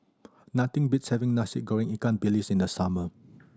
nothing beats having Nasi Goreng ikan bilis in the summer